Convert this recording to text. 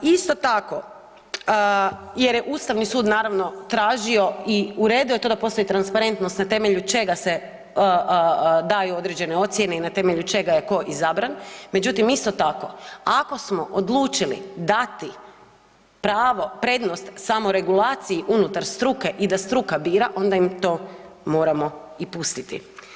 Isto tako, jer je Ustavni sud naravno tražio i u redu je to da postoji transparentnost na temelju čega se daju određene ocjene i na temelju čega je tko izabran, međutim isto tko ako smo odlučili dati pravo prednost samoregulaciji unutar struke i da struka bira onda im to moramo i pustiti.